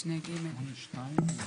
מה זה?